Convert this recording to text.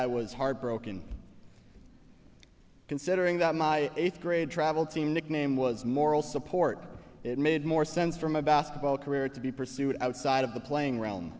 i was heartbroken considering that my eighth grade travel team nickname was moral support it made more sense from a basketball career to be pursued outside of the playing realm